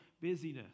busyness